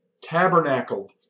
tabernacled